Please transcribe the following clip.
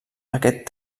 aquest